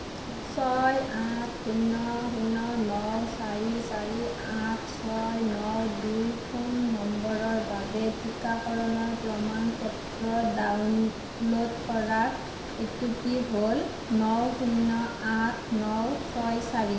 ছয় আঠ শূন্য শূন্য ন চাৰি চাৰি আঠ ছয় ন দুই ফোন নম্বৰৰ বাবে টীকাকৰণৰ প্ৰমাণ পত্ৰ ডাউনলোড কৰাৰ অ'টিপি হ'ল ন শূন্য আঠ ন ছয় চাৰি